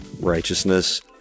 righteousness